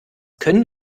können